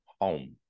home